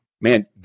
man